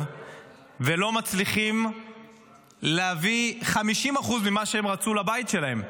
ולא מצליחים להביא 50% ממה שהם רצו לבית שלהם,